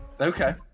Okay